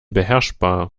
beherrschbar